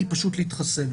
היא פשוט להתחסן.